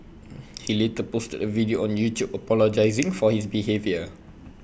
he later posted A video on YouTube apologising for his behaviour